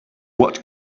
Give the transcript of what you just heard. what